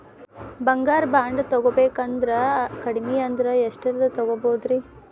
ಬಂಗಾರ ಬಾಂಡ್ ತೊಗೋಬೇಕಂದ್ರ ಕಡಮಿ ಅಂದ್ರ ಎಷ್ಟರದ್ ತೊಗೊಬೋದ್ರಿ?